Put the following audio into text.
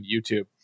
YouTube